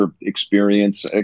experience